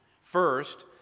First